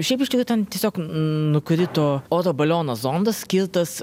šiaip iš tikrųjų ten tiesiog nukrito oro baliono zondas skirtas